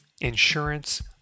insurance